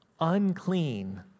unclean